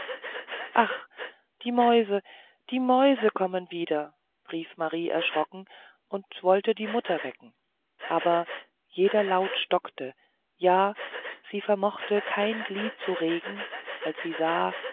ach die mäuse die mäuse kommen wieder rief marie erschrocken und wollte die mutter wecken aber jeder laut stockte ja sie vermochte kein glied zu regen als sie sah